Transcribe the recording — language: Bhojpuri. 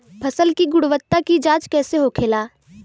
फसल की गुणवत्ता की जांच कैसे होखेला?